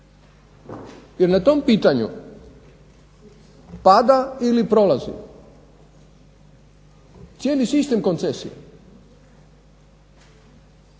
Jer na tom pitanju pada ili prolazi cijeli sistem koncesije.